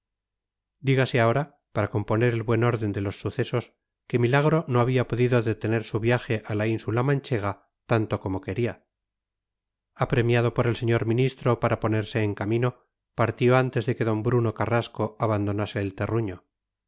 dígase ahora para componer el buen orden de los sucesos que milagro no había podido detener su viaje a la ínsula manchega tanto como quería apremiado por el señor ministro para ponerse en camino partió antes de que d bruno carrasco abandonase el terruño